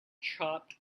chopped